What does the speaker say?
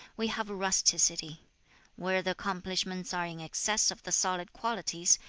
we have rusticity where the accomplishments are in excess of the solid qualities,